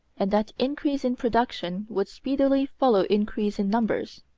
and that increase in production would speedily follow increase in numbers.